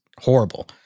horrible